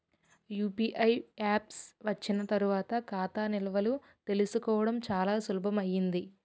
UPI apps వచ్చిన తర్వాత ఖాతా నిల్వలు తెలుసుకోవడం చాలా సులభమైంది